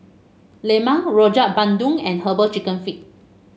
lemang Rojak Bandung and herbal chicken feet